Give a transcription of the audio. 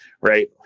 right